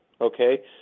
Okay